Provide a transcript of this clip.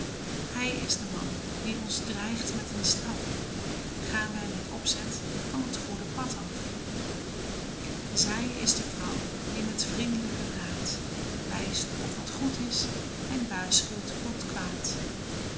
hij is de man die ons dreigt met een straf gaan wij met opzet van t goede pad af zij is de vrouw die met vriend'lijken raad wijst op wat goed is en waarschuwt voor t kwaad